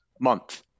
month